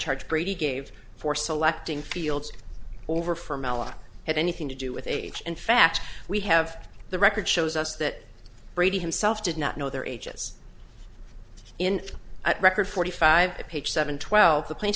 charge brady gave for selecting fields over from ella had anything to do with age in fact we have the record shows us that brady himself did not know their ages in at record forty five page seven twelve